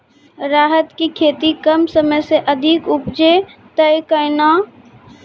राहर की खेती कम समय मे अधिक उपजे तय केना?